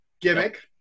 gimmick